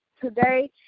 today